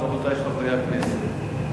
רבותי חברי הכנסת,